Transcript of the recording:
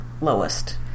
lowest